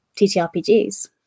TTRPGs